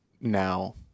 now